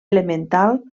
elemental